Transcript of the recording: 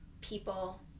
people